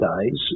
days